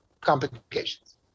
complications